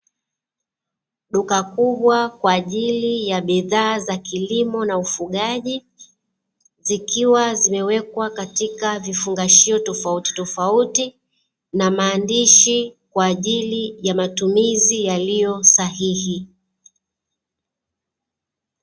Duka kubwa kwa ajili ya bidhaa za kilimo na ufugaji, zikiwa zimewekwa katika vifungashio tofauti tofauti na maandishi, kwa ajili ya matumizi yaliyo sahihi.